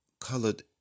Colored